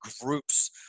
groups